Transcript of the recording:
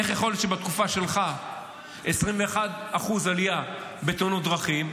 איך יכול להיות שבתקופה שלך 21% עלייה בתאונות דרכים?